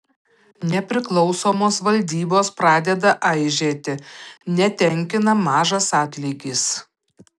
nepriklausomos valdybos pradeda aižėti netenkina mažas atlygis